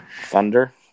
Thunder